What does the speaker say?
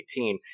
2018